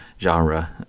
genre